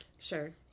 Sure